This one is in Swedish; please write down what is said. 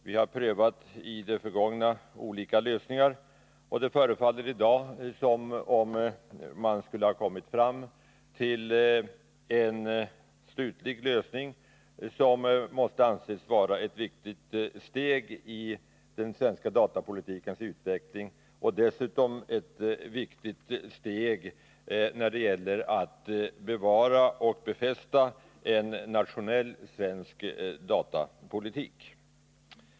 Vi har i de lägena prövat olika lösningar, och det förefaller i dag som om man kommit fram till en slutlig lösning som måste anses vara ett viktigt steg i den svenska datapolitikens utveckling och dessutom ett viktigt steg när det gäller att bevara och befästa en nationell svensk datapolitik.